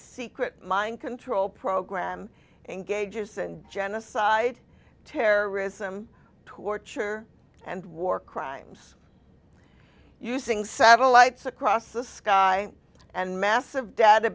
secret mind control program engages and genocide terrorism torture and war crimes using satellites across the sky and massive data